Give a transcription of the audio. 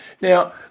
Now